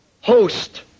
host